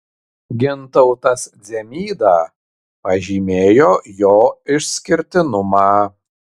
gintautas dzemyda pažymėjo jo išskirtinumą